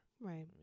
Right